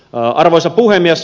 arvoisa puhemies